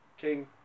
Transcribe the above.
King